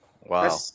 Wow